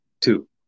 two